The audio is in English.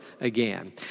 again